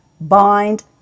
bind